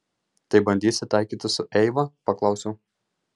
tai bandysi taikytis su eiva paklausiau